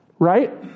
Right